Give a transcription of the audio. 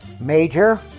major